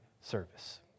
service